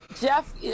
Jeff